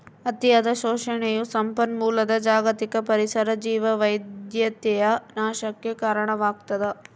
ಅತಿಯಾದ ಶೋಷಣೆಯು ಸಂಪನ್ಮೂಲದ ಜಾಗತಿಕ ಪರಿಸರ ಜೀವವೈವಿಧ್ಯತೆಯ ನಾಶಕ್ಕೆ ಕಾರಣವಾಗ್ತದ